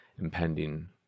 impending